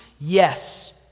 Yes